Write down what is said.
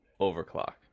overclock